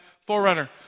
forerunner